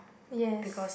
yes